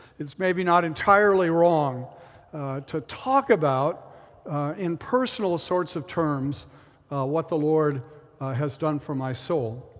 it's maybe not entirely wrong to talk about in personal sorts of terms what the lord has done for my soul.